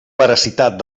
veracitat